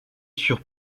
sûr